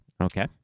Okay